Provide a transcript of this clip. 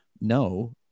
no